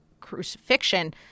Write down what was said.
crucifixion